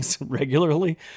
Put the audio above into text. regularly